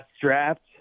draft